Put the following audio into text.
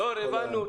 --- דור, הבנו.